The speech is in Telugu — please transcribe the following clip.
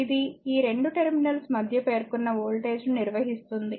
మరియు ఇది ఈ రెండు టెర్మినల్స్ మధ్య పేర్కొన్న వోల్టేజ్ను నిర్వహిస్తుంది